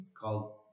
called